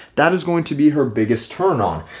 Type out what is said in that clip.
that is going to be her biggest turn on.